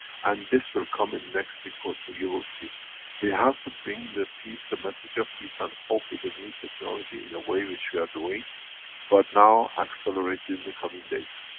and this will come in next week or two, you will see. we have to bring the peace, the message of peace and hope with the new technology, in a way which we are and doing but now accelerated in the coming days.